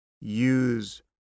use